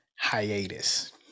hiatus